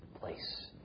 place